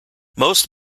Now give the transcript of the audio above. most